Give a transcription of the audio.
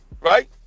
right